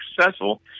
successful